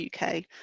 UK